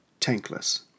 tankless